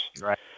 Right